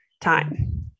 time